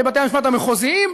לבתי-המשפט המחוזיים,